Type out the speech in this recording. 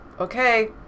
okay